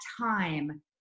time